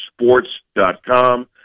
Sports.com